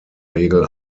regel